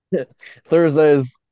Thursdays